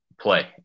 play